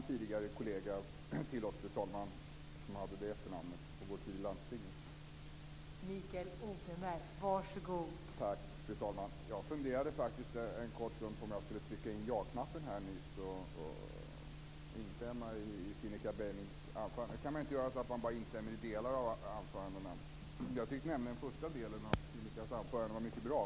Fru talman! Jag funderade faktiskt en kort stund på om jag skulle trycka in ja-knappen här nyss och instämma i Cinnika Beimings anförande. Men man kan ju inte instämma i delar av ett anförande. Jag tyckte nämligen att den första delen av hennes anförande var mycket bra.